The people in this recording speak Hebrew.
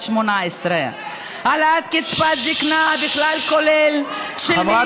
2018. העלאת קצבת זקנה בסכום כולל של 1.4 מיליארד,